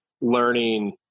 learning